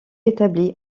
établi